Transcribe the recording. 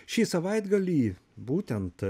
šį savaitgalį būtent